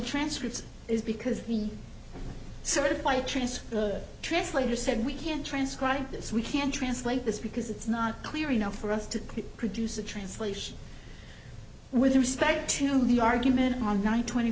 transcripts is because the certified transfer the translator said we can't transcribing this we can't translate this because it's not clear enough for us to produce a translation with respect to the argument on nine twenty